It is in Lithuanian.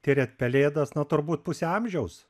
tiriat pelėdas na turbūt pusę amžiaus